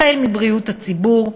החל מבריאות הציבור,